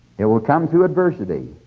it will come through adversity.